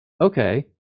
okay